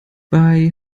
bei